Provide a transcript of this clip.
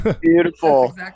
Beautiful